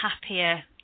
happier